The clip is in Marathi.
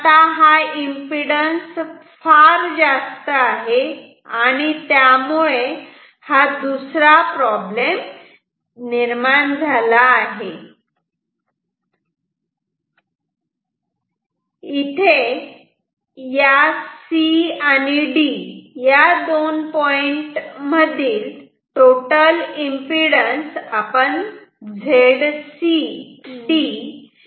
पण आता हा एमपीडन्स फार जास्त आहे हा दुसरा प्रॉब्लेम निर्माण झाला आहे म्हणून CD या दोन पॉईंट मधील टोटल एमपीडन्स Zcd असा म्हणूयात